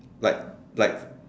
like like